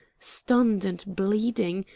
stunned and bleeding,